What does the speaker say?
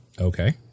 okay